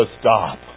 stop